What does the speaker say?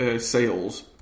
sales